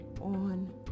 on